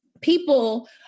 people